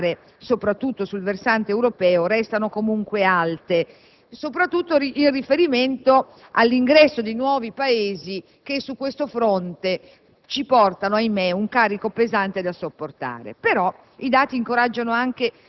In ogni caso, le cifre che oggi registriamo, soprattutto sul versante europeo, restano comunque alte, soprattutto in riferimento all'ingresso di nuovi Paesi, che su questo fronte